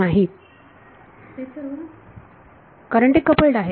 विद्यार्थी ते सर्व कारण ते कपल्ड आहेत